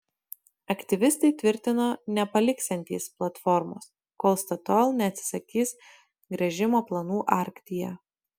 aktyvistai tvirtino nepaliksiantys platformos kol statoil neatsisakys gręžimo planų arktyje